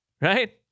right